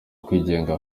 kwigenga